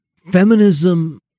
feminism